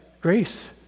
grace